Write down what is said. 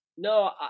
No